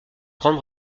grande